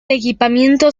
equipamiento